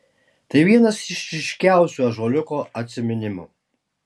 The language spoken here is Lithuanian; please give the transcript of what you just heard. tai vienas iš ryškiausių ąžuoliuko atsiminimų